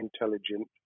intelligent